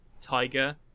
tiger